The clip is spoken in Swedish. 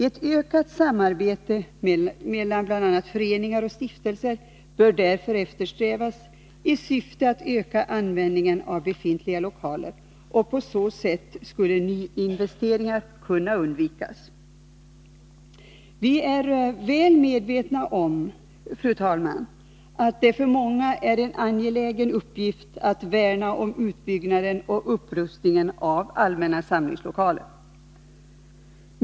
Ett ökat samarbete mellan bl.a. föreningar och stiftelser bör därför eftersträvas i syfte att öka användningen av befintliga lokaler. På så sätt skulle nyinvesteringar kunna undvikas. Fru talman! Vi är väl medvetna om att det för många är en angelägen uppgift att värna om utbyggnaden och upprustningen av allmänna samlingslokaler.